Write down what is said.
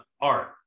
art